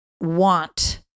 want